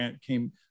came